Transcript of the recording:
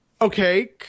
Okay